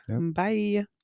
bye